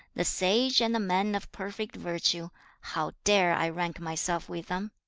the sage and the man of perfect virtue how dare i rank myself with them?